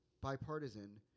bipartisan